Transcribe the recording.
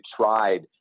tried